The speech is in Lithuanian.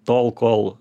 tol kol